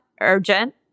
urgent